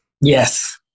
yes